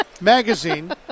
magazine